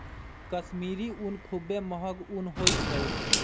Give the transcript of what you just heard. कश्मीरी ऊन खुब्बे महग ऊन होइ छइ